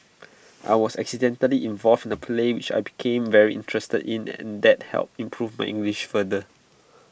I was accidentally involved in A play which I became very interested in and that helped improve my English further